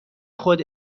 خود